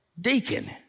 deacon